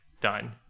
done